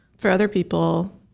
for other people,